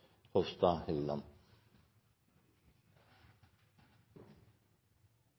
Hofstad Helleland